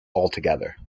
altogether